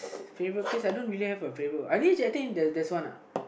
favorite place I don't really have a favorite at least I think there's one lah